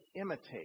imitate